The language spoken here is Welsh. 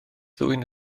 ddwyn